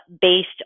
based